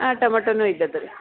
ಹಾಂ ಟೊಮೊಟೊನು ಇದ್ದದ್ದು ರೀ